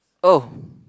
oh